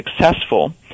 successful